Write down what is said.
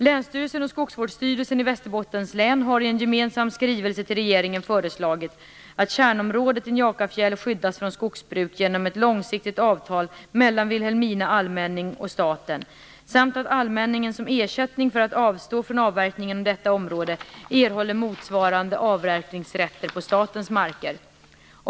Länsstyrelsen och Skogsvårdsstyrelsen i Västerbottens län har i en gemensam skrivelse till regeringen föreslagit att kärnområdet i Njakafjäll skyddas från skogsbruk genom ett långsiktigt avtal mellan Vilhelmina allmänning och staten samt att allmänningen som ersättning för att avstå från avverkning inom detta område erhåller motsvarande avverkningsrätter på statens marker.